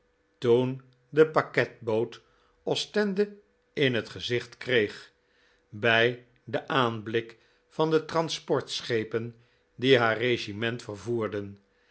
toen de pakketboot ostende in het gezicht kreeg bij den aanblik van de transportschepen die haar regiment vervoerden